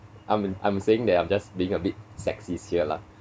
I'm I'm saying that I'm just being a bit sexist here lah